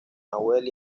nahuel